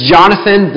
Jonathan